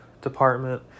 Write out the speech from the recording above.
department